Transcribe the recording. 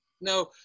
No